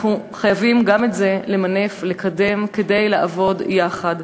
אנחנו חייבים גם את זה למנף, לקדם, כדי לעבוד יחד.